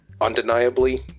undeniably